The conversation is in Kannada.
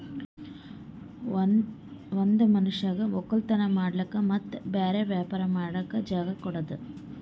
ಒಂದ್ ಮನಷ್ಯಗ್ ವಕ್ಕಲತನ್ ಮಾಡಕ್ ಮತ್ತ್ ಬ್ಯಾರೆ ವ್ಯಾಪಾರ ಮಾಡಕ್ ಜಾಗ ಕೊಡದು